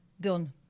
Done